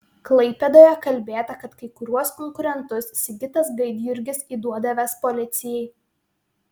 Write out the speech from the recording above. klaipėdoje kalbėta kad kai kuriuos konkurentus sigitas gaidjurgis įduodavęs policijai